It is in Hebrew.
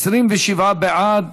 27 בעד.